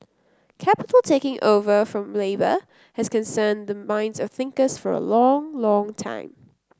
capital taking over from labour has concerned the minds of thinkers for a long long time